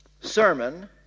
sermon